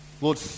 Lord